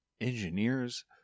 engineers